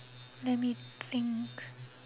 let me think